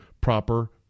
proper